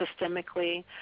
systemically